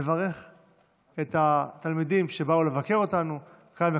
נברך את התלמידים שבאו לבקר אותנו כאן,